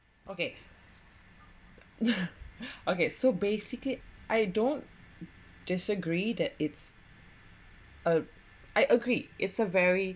okay okay so basically I don't disagree that it's uh I agree it's a very